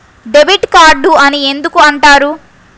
Debit card అని ఎందుకు అంటారు?